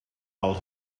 els